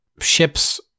ships